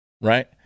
right